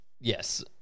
Yes